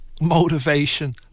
motivation